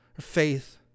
faith